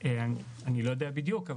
אני לא יודע בדיוק,